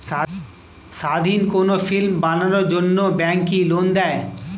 স্বাধীন কোনো ফিল্ম বানানোর জন্য ব্যাঙ্ক কি লোন দেয়?